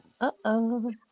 Uh-oh